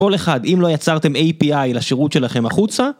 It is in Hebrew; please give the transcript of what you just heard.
כל אחד, אם לא יצרתם API לשירות שלכם החוצה